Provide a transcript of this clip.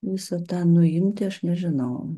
visą tą nuimti aš nežinau